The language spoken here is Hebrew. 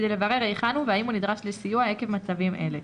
כדי לברר היכן הוא והאם הוא נדרש לסיוע עקב מצבים אלה.